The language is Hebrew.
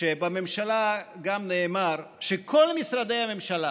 שבממשלה גם נאמר שכל משרדי הממשלה,